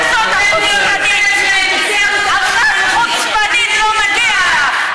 תצאי החוצה את חוצפנית, לא מגיע לך.